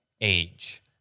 age